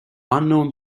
unknown